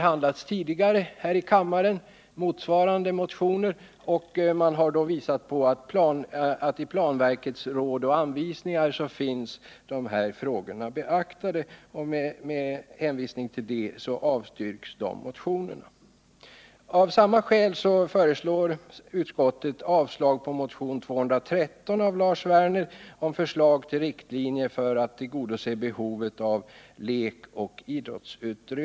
Motioner med motsvarande syfte har tidigare behandlats i kammaren, och det har då framhållits att dessa frågor beaktas i planverkets råd och anvisningar.